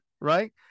right